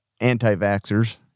anti-vaxxers